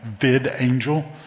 VidAngel